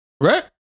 Right